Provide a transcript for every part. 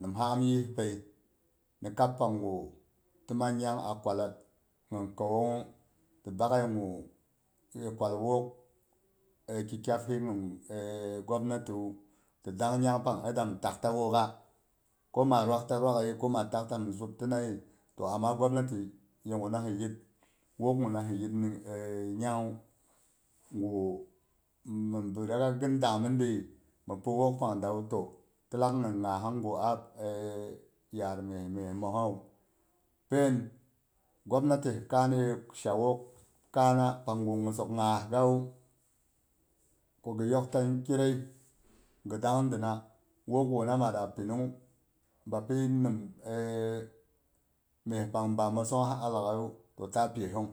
Nimha am yi pei, ni kapangu timinag nyang a kwalat nyin kauwanghu ti bak ye ngu, ye kwal wook ki kyamhi nung gwamnatiwu ti dang ni nyang pang e dang mi tak ta woogha, ko ma rwagta rwaghayi, koma zupta zubayi, toh ama gwamati yenghu na hi yir wook nghu na hi yir nyanghu ngu minbi riga gin dangmi diyi mi pi wook pang dawu toh tilak nyin nyahang gu a yar mye, mye mohawu. Pen gwamnati hi kaanye sha wook kaana, pangwu nyisok nya gawu, ko ghi yok tani kirei ghi dangdina wook guna, mada pinungwu. Bapi nim tayi laghai yu toh ta pi hung.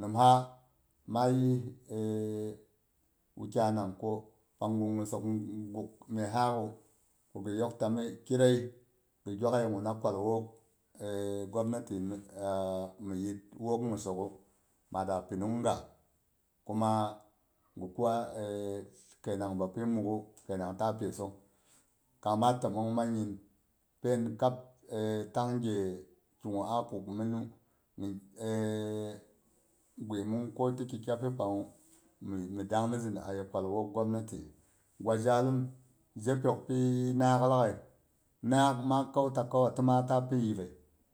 Nimha maa yi wukyanang ko, pangu nyisok, guk myehakgwu ko ghi yok ta mi ki rei gi gwak yega na kwal wook gwamnati yir wook nyisok gu mada pinung ga. Kuma ghi kwa e keinang, bapi muk gu keinang ta pisung. Kang ma tomong mang nyin pen kab e tang nghe kigu a kukminu mi e gwimungi ko ti ki kyaphi panghu mi dang mizin a yepang a ye kwal wook gwamnati. Gwa zhalim zhe pyok pi naak laghai, naak ma